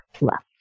left